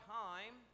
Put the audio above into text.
time